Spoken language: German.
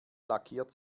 lackiert